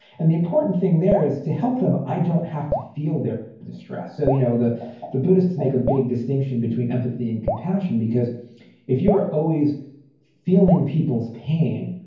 and the important thing there is to help them, i don't have to feel their distress. so you know the the buddhists make a big distinction between empathy and compassion because if you are always feeling people's pain,